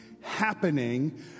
happening